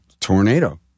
tornado